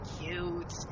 cute